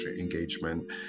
engagement